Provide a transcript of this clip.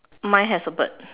mine has a bird